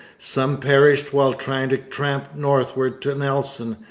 some perished while trying to tramp northward to nelson,